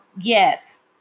yes